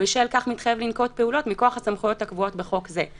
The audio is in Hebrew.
ובשל כך מתחייב לנקוט פעולות מכוח הסמכויות הקבועות בחוק זה".